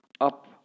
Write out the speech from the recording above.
up